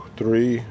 three